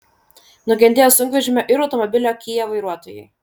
nukentėjo sunkvežimio ir automobilio kia vairuotojai